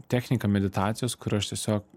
technika meditacijos kur aš tiesiog